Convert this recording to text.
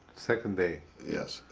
second day. yes.